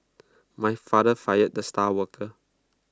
my father fired the star worker